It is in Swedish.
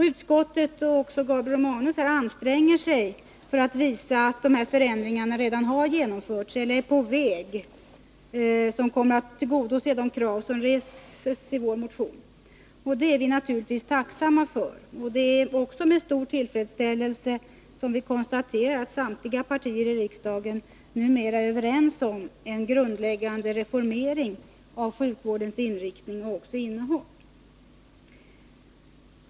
Utskottet och Gabriel Romanus anstränger sig för att visa att dessa förändringar redan genomförts eller att åtgärder som är på väg kommer att tillgodose de krav som reses i vår motion. Det är vi naturligtvis tacksamma för, och det är också med stor tillfredsställelse som vi konstaterar att samtliga partier i riksdagen numera är överens om en grundläggande reformering av sjukvårdens inriktning och innehåll.